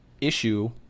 issue